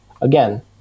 Again